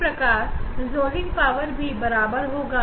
इसी प्रकार resolving power भी mnx के बराबर होगा